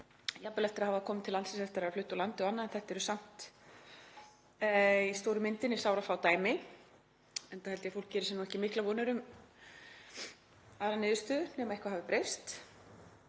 að nýju eftir að hafa komið til landsins og eftir að hafa flutt úr landi og annað en þetta eru samt í stóru myndinni sárafá dæmi. Enda held ég að fólk geri sér ekki miklar vonir um aðra niðurstöðu nema eitthvað hafi breyst,